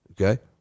Okay